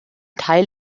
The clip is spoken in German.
teil